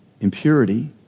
impurity